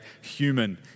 human